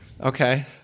Okay